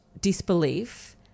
disbelief